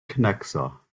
knackser